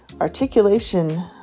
articulation